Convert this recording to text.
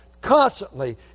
constantly